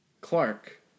Clark